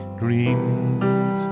dreams